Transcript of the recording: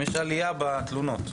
האם יש עלייה בתלונות?